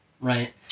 right